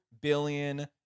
billion